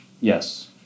Yes